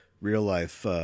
real-life